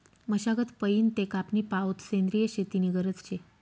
मशागत पयीन ते कापनी पावोत सेंद्रिय शेती नी गरज शे